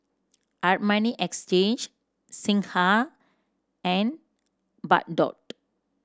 Armani Exchange Singha and Bardot